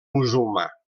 musulmà